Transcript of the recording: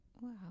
Wow